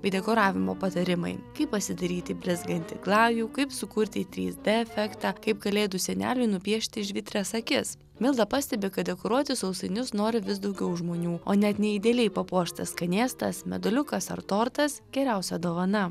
bei dekoravimo patarimai kaip pasidaryti blizgantį glajų kaip sukurti trys d efektą kaip kalėdų seneliui nupiešti žvitrias akis milda pastebi kad dekoruoti sausainius nori vis daugiau žmonių o net neidealiai papuoštas skanėstas meduoliukas ar tortas geriausia dovana